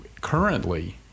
currently